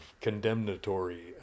condemnatory